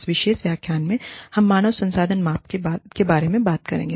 इस विशेष व्याख्यान में हम मानव संसाधन माप के बारे में बात करेंगे